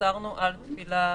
אסרנו על תפילה במבנה.